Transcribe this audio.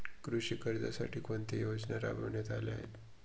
कृषी कर्जासाठी कोणत्या योजना राबविण्यात आल्या आहेत?